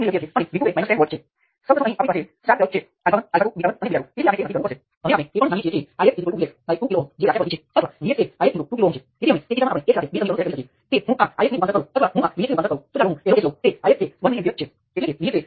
તેથી સમગ્ર સર્કિટમાં વોલ્ટેજ સોર્સ હોય છે ફરીથી તે એક વોલ્ટેજ સોર્સ હોઈ શકે છે અથવા તે જટિલ સર્કિટની ઇક્વિવેલન્ટ ઇફેક્ટ Vth છે તો V નોટ હશે અને Rth એ 0 હશે